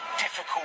difficult